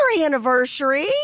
anniversary